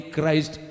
Christ